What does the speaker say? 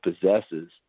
possesses